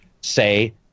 say